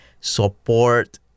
support